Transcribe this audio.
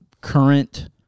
current